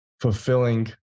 fulfilling